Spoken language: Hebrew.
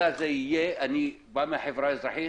אני בא מהחברה האזרחית,